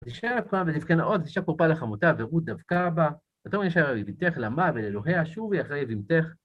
"ותשנה קולן ותבכינה עוד, ותשק ערפה לחמותה ורות דבקה בה. ותאמר, הנה שבה יבמתך אל עמה ואל אלוהיה, שובי אחרי יבמתך"